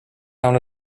down